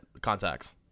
contacts